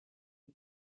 les